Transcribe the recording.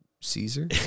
Caesar